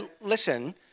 listen